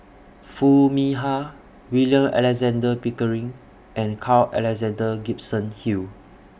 Foo Mee Har William Alexander Pickering and Carl Alexander Gibson Hill